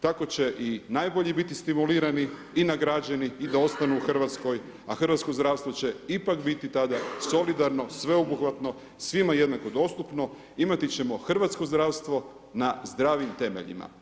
Tako će i najbolji biti stimulirani i nagrađeni i da ostanu u RH, a hrvatsko zdravstvo će ipak biti tada solidarno, sveobuhvatno, svima jednako dostupno, imati ćemo hrvatsko zdravstvo na zdravim temeljima.